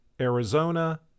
Arizona